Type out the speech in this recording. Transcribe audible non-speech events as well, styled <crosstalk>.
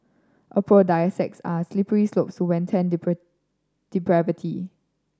aphrodisiacs are slippery slopes to wanton <unintelligible> depravity